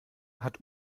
hat